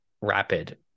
rapid